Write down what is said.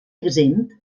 exempt